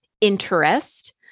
interest